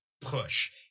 push